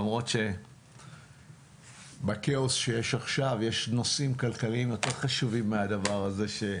למרות שבכאוס שיש עכשיו יש נושאים כלכליים יותר חשובים מהדבר הזה.